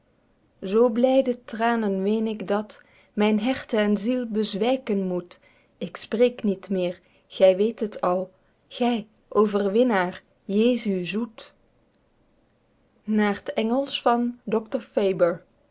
zoo blyde tranen ween ik dat myn herte en ziel bezwyken moet ik spreek niet meer gy weet het al gy overwinnaer jesu zoet naer t engelsch van